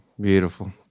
Beautiful